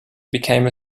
became